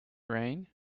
rain